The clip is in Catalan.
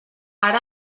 ara